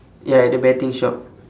ya at the betting shop